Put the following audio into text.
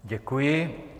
Děkuji.